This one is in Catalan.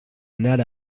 anar